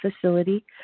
facility